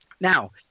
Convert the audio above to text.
Now